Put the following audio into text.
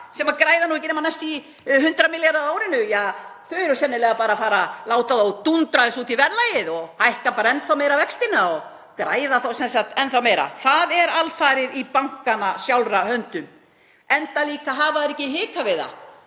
sem græða nú ekki nema næstum því 100 milljarða á árinu? Ja, þau eru sennilega bara að fara að láta þá dúndra þessu út í verðlagið og hækka bara enn þá meira vextina og græða þá enn þá meira. — Það er alfarið í bankanna sjálfra höndum, enda hafa þeir ekki hikað við það.